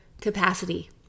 capacity